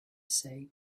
say